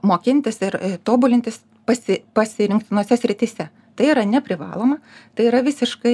mokintis ir tobulintis pasi pasirinktinose srityse tai yra neprivaloma tai yra visiškai